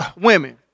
women